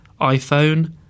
iPhone